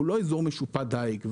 הוא לא אזור משופע דיג.